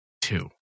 two